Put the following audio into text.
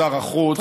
שר החוץ,